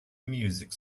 music